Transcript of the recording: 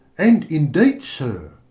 and indeed, sir,